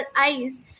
eyes